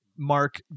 mark